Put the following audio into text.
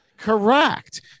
Correct